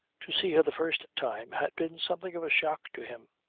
to see her the first time had been something of a shock to him.